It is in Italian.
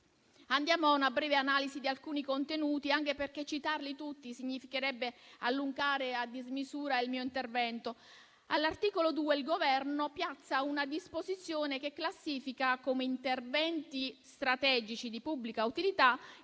Andiamo a una breve analisi di alcuni contenuti, anche perché citarli tutti significherebbe allungare a dismisura il mio intervento. All'articolo 2 il Governo piazza una disposizione che classifica come interventi strategici di pubblica utilità,